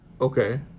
Okay